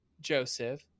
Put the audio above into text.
Joseph